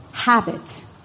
habit